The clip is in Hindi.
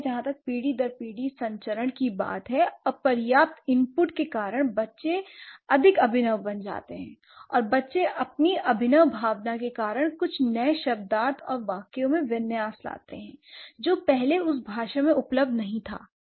जहां तक पीढ़ी दर पीढ़ी संचरण की बात है अपर्याप्त इनपुट के कारण बच्चे बच्चे अधिक अभिनव बन जाते हैं l और बच्चे अपनी अभिनव भावना के कारण कुछ नए शब्दार्थ और वाक्यों में विन्यास लाते हैं जो पहले उस भाषा में उपलब्ध नहीं थी l क्या तुम्हें समझ आया